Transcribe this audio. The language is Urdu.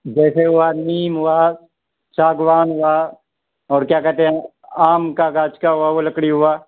جیسے ہوا نیم ہوا ساگوان ہوا اور کیا کہتے ہیں آم کا کاچ کا ہوا وہ لکڑی ہوا